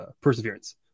perseverance